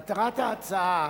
מטרת ההצעה,